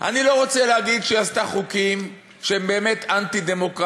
אני לא רוצה להגיד שהיא עשתה חוקים שהם באמת אנטי-דמוקרטיים,